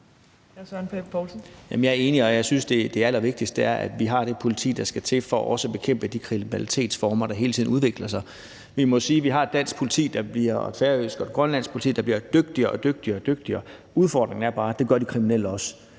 jeg er enig, og jeg synes, at det allervigtigste er, at vi har det politi, der skal til, for også at bekæmpe de kriminalitetsformer, der hele tiden udvikler sig. Vi må sige, at vi har et dansk politi og et færøsk politi og et grønlandsk politi, der bliver dygtigere og dygtigere. Udfordringen er bare, at det gør de kriminelle også.